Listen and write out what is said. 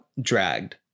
dragged